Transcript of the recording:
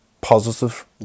Positive